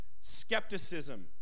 skepticism